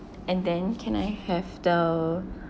and then can I have the